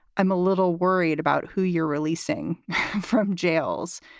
i'm a little worried about who you're releasing from jails.